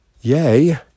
yay